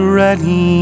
ready